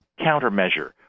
countermeasure